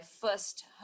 first